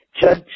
judge